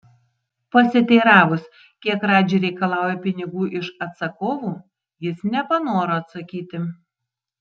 pasiteiravus kiek radži reikalauja pinigų iš atsakovų jis nepanoro atsakyti